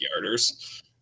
yarders